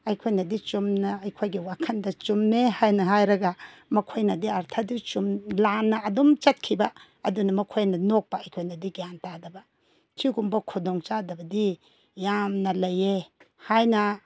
ꯑꯩꯈꯣꯏꯅꯗꯤ ꯆꯨꯝꯅ ꯑꯩꯈꯣꯏꯒꯤ ꯋꯥꯈꯜꯗ ꯆꯨꯝꯃꯦ ꯍꯥꯏꯅ ꯍꯥꯏꯔꯒ ꯃꯈꯣꯏꯅꯗꯤ ꯑꯥꯔꯊꯥꯗꯨ ꯂꯥꯟꯅ ꯑꯗꯨꯝ ꯆꯠꯈꯤꯕ ꯑꯗꯨꯅ ꯃꯈꯣꯏꯅ ꯅꯣꯛꯄ ꯑꯩꯈꯣꯏꯅꯗꯤ ꯒ꯭ꯌꯥꯟ ꯇꯥꯗꯕ ꯁꯤꯒꯨꯝꯕ ꯈꯨꯗꯣꯡ ꯆꯥꯗꯕꯗꯤ ꯌꯥꯝꯅ ꯂꯩꯌꯦ ꯍꯥꯏꯅ